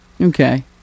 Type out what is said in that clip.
Okay